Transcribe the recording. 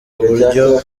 uburyo